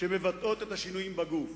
שמבטאות את השינויים בגוף: